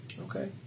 Okay